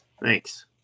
Thanks